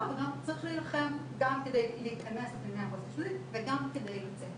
וגם צריך להילחם גם כדי להיכנס לפנימייה פוסט אשפוזית וגם כדי לצאת